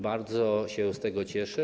Bardzo się z tego cieszę.